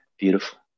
Beautiful